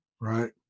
Right